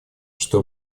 что